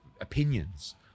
opinions